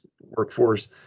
workforce